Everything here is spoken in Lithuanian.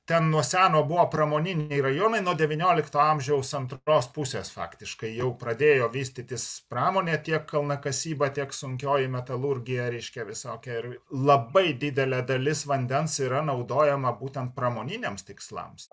ten nuo seno buvo pramoniniai rajonai nuo devyniolikto amžiaus antros pusės faktiškai jau pradėjo vystytis pramonė tiek kalnakasyba tiek sunkioji metalurgija reiškia visokia ir labai didelė dalis vandens yra naudojama būtent pramoniniams tikslams